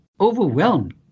overwhelmed